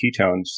ketones